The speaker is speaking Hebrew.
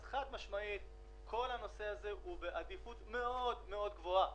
אז חד משמעית הנושא הזה הוא בעדיפות מאוד מאוד גבוהה.